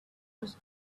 was